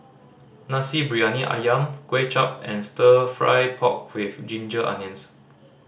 Nasi Briyani Ayam Kway Chap and Stir Fry pork with ginger onions